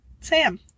Sam